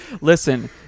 Listen